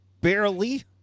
barely